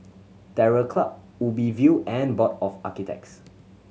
Terror Club Ubi View and Board of Architects